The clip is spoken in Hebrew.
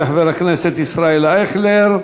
יעלה חבר הכנסת ישראל אייכלר,